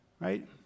Right